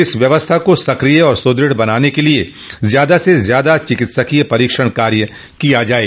इस व्यवस्था को सक्रिय और सुदृढ़ बनाने क लिये ज्यादा से ज्यादा चिकित्सकोय परीक्षण कार्य किया जाये